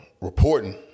reporting